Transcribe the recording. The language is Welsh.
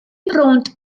rownd